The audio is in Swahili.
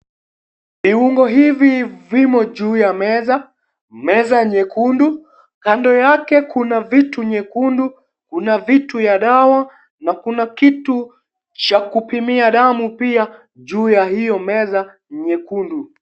Viungo hivi vimo juu ya meza, meza nyekundu. Kando yake kuna vitu nyekundu , kuna vitu ya dawa na kitu cha kupimia damu pia juu ya hiyo meza nyekundu.